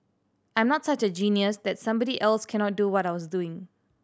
I'm not such a genius that somebody else cannot do what I was doing